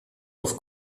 auf